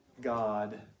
God